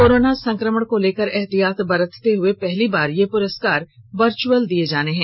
corona संकमण को लेकर एहतियात बरतते हुए पहली बार ये पुरस्कार वर्चअल दिये जाने हैं